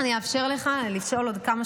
אני אאפשר לך לשאול עוד שאלה, אין בעיה.